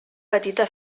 petita